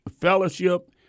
fellowship